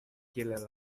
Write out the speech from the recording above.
kiel